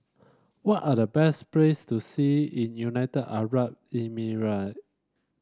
what are the best place to see in United Arab Emirate